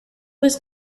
was